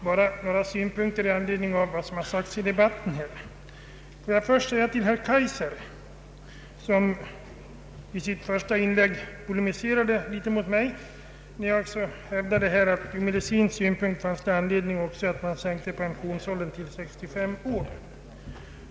Herr talman! Först vill jag rikta mig till herr Kaijser som i sitt första inlägg polemiserade mot mig då jag hävdade att det ur medicinsk synpunkt fanns anledning sänka pensionsåldern till 65 år.